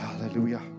Hallelujah